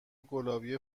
گلابی